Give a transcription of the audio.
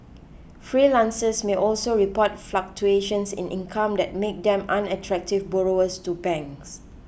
freelancers may also report fluctuations in income that make them unattractive borrowers to banks